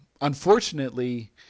Unfortunately